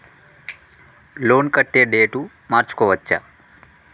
Loan కట్టే date మార్చుకోవచ్చా?